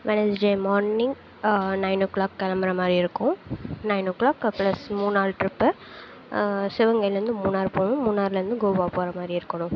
Wednesday morning nine o'clock கிளம்புற மாதிரி இருக்கும் நைன் ஓ க்ளாக் ப்ளஸ் மூணு நாள் ட்ரிப்பு சிவகங்கையில் இருந்து மூணார் போகணும் மூணாரில் இருந்து கோவா போகிற மாதிரி இருக்கணும்